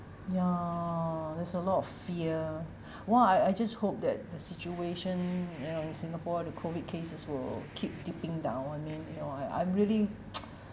ya there's a lot of fear well I I just hope that the situation you know in singapore the COVID cases will keep dipping down I mean you know I I'm really